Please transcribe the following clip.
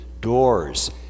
doors